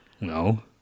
No